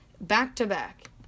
back-to-back